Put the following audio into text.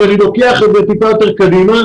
אם אני לוקח את זה טיפה יותר קדימה,